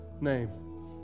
name